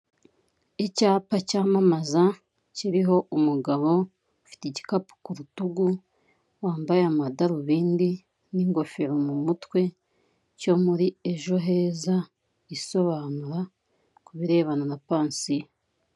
Icyapa cyamamaza kiriho umugabo ufite igikapu ku rutugu wambaye amadarubindi n'ingofero mu mutwe cyo muri ejo heza isobanura ku birebana na pansiyo.